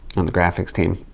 on the graphics team.